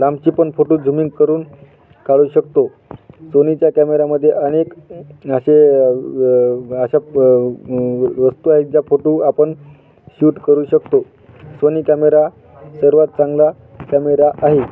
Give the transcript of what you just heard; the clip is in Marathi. लांबचे पण फोटो झुमिंग करून काढू शकतो सोनीच्या कॅमेरामध्ये अनेक असे अशा वस्तू आहेत ज्या फोटो आपण शूट करू शकतो सोनी कॅमेरा सर्वात चांगला कॅमेरा आहे